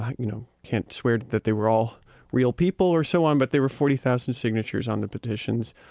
you know can't swear that they were all real people, or so on, but there were forty thousand signatures on the petitions.